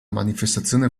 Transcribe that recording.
manifestazione